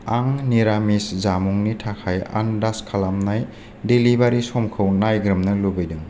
आं निरामिस जामुंनि थाखाय आन्दाज खालामनाय डेलिभारि समखौ नायग्रोमनो लुबैदों